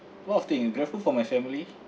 lot of thing grateful for my family